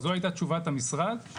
זו התשובה של המשרד.